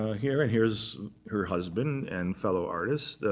ah here here is her husband and fellow artist,